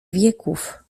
wieków